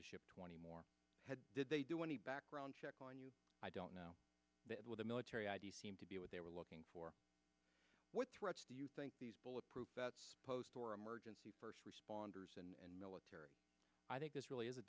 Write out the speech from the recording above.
to ship twenty more did they do any background check on you i don't know that with the military id seem to be what they were looking for what do you think these bulletproof vests post or emergency first responders and military i think this really is a